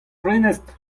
prenestr